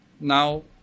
Now